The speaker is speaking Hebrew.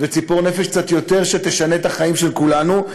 וציפור נפש שקצת יותר תשנה את החיים של כולנו,